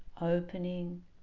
opening